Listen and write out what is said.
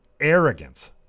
arrogance